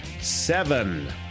seven